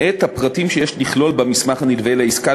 את הפרטים שיש לכלול במסמך הנלווה לעסקה,